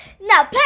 Now